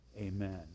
amen